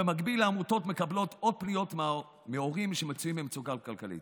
במקביל העמותות מקבלות עוד פניות מהורים שמצויים במצוקה כלכלית.